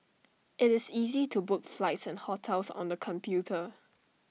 IT is easy to book flights and hotels on the computer